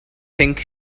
think